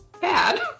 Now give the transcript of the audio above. bad